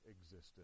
existence